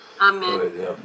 Amen